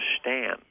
stand